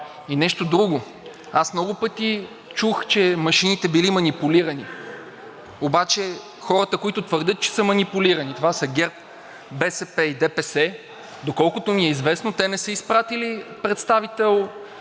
И нещо друго. Аз много пъти чух, че машините били манипулирани. Обаче хората, които твърдят, че са манипулирани, това са ГЕРБ, БСП и ДПС. Доколкото ми е известно, те не са изпратили представител